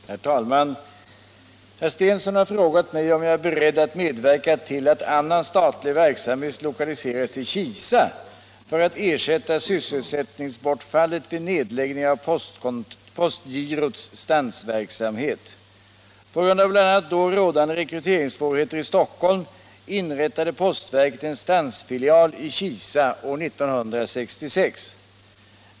Herr talman! Herr Stensson har frågat mig om jag är beredd att medverka till att annan statlig verksamhet lokaliseras till Kisa för att ersätta sysselsättningsbortfallet vid nedläggningen av postgirots stansverksamhet. På grund av bl.a. då rådande rekryteringssvårigheter i Stockholm inrättade postverket en stansfilial i Kisa år 1966.